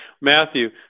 Matthew